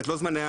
לא זמני ההמתנה.